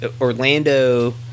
Orlando